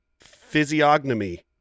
Physiognomy